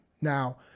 Now